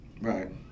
Right